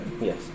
Yes